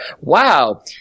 wow